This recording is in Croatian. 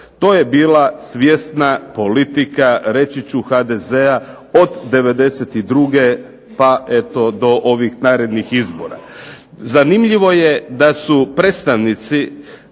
To je bila svjesna politika HDZ-a, do 92. do narednih izbora. Zanimljivo je da su predstavnici